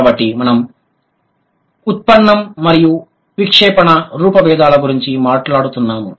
కాబట్టి మనము ఉత్పన్నం మరియు విక్షేపణ రూపభేదాల గురించి మాట్లాడుతున్నాము